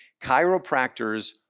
chiropractors